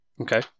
Okay